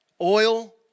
Oil